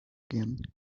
again